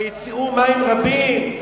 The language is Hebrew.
"ויצאו מים רבים".